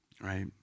right